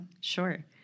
Sure